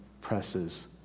presses